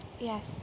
yes